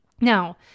Now